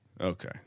Okay